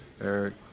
Eric